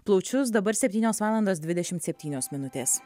plaučius dabar septynios valandos dvidešimt septynios minutės